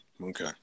Okay